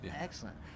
Excellent